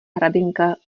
hraběnka